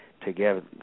together